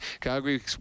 Calgary